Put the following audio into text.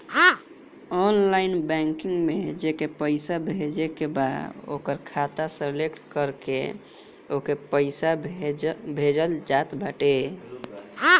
online banking में जेके पईसा भेजे के बा ओकर खाता सलेक्ट करके ओके पईसा भेजल जात बाटे